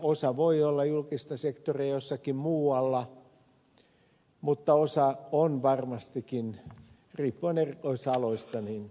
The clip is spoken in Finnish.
osa voi olla julkista sektoria jossakin muualla mutta osa on varmastikin riippuen erikoisaloista yksityistä sektoria